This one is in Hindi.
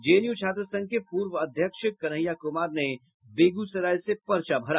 जेएनयू छात्र संघ के पूर्व अध्यक्ष कन्हैया कुमार ने बेगूसराय से पर्चा भरा